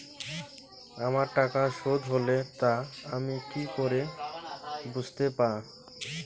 আমার টাকা শোধ হলে তা আমি কি করে বুঝতে পা?